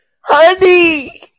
Honey